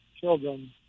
children